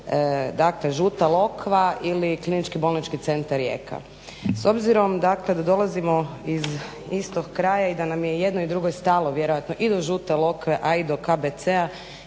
Dakle, Žuta Lokva ili KBC Rijeka. S obzirom dakle da dolazimo iz istog kraja i da nam je i jednoj i drugoj stalo vjerojatno i do Žute Lokve a i do KBC-a